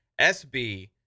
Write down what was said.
sb